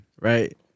right